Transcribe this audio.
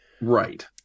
right